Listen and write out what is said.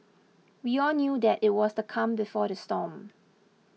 we all knew that it was the calm before the storm